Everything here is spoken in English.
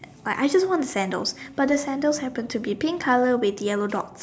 like I just want the sandals but the sandals happened to be pink color with yellow dots